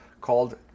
called